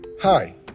Hi